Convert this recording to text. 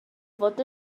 fod